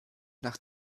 nach